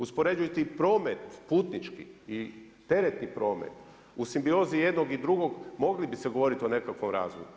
Uspoređujući promet putnički i teretni promet u simbiozi jednog i drugog, mogli bi se govoriti o nekakvom razvoju.